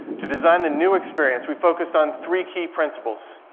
to design the new experience we focused on three key principles,